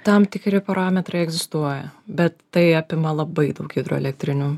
tam tikri parametrai egzistuoja bet tai apima labai daug hidroelektrinių